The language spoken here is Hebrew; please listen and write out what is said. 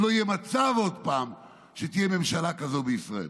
שלא יהיה מצב שעוד פעם תהיה ממשלה שכזאת בישראל.